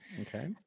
Okay